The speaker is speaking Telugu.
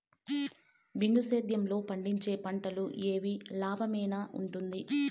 బిందు సేద్యము లో పండించే పంటలు ఏవి లాభమేనా వుంటుంది?